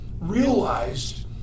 realized